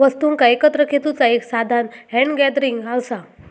वस्तुंका एकत्र खेचुचा एक साधान हॅन्ड गॅदरिंग असा